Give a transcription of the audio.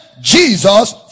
Jesus